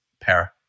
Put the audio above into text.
Para